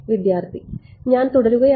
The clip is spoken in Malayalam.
വിദ്യാർത്ഥി ഞാൻ തുടരുകയാണെങ്കിൽ